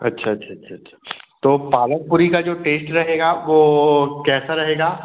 अच्छा अच्छा अच्छा अच्छा तो पालक पुरी का जो टेस्ट रहेगा वह कैसा रहेगा